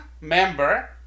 member